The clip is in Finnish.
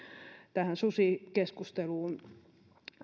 tähän susikeskusteluun